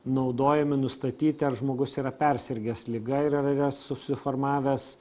naudojami nustatyti ar žmogus yra persirgęs liga ir yra susiformavęs